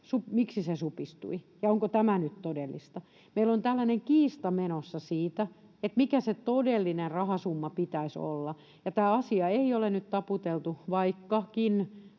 miksi se supistui ja onko tämä nyt todellista. Meillä on tällainen kiista menossa siitä, mikä sen todellisen rahasumman pitäisi olla, ja tämä asia ei ole nyt taputeltu, vaikkakin